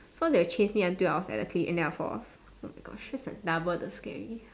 so they will chase me until I was at the cliff and then I fall off oh my gosh that's like double the scary